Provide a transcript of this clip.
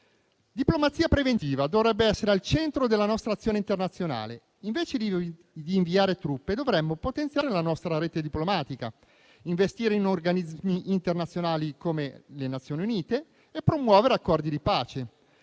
diplomazia preventiva dovrebbe essere al centro della nostra azione internazionale: invece di inviare truppe, dovremmo potenziare la nostra rete diplomatica, investire in organismi internazionali come le Nazioni Unite e promuovere accordi di pace.